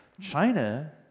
China